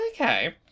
Okay